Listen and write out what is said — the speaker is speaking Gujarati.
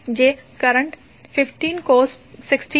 જે કરંટ 15cos 60πt છે